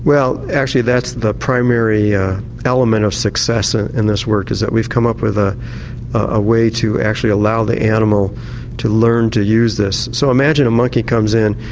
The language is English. well actually that's the primary element of success in in this work, is that we've come up with ah a way to actually allow the animal to learn to use this. so imagine a monkey comes in,